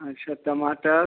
अच्छा टमाटर